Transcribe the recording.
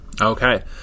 Okay